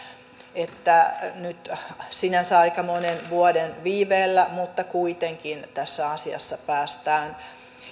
että nyt sinänsä aika monen vuoden viiveellä mutta kuitenkin tässä asiassa päästään